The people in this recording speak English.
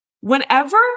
Whenever